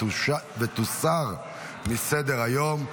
ותוסר מסדר-היום.